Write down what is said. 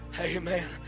Amen